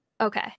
okay